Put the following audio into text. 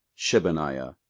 shebaniah,